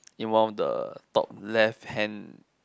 in one of the top left hand